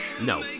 No